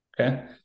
Okay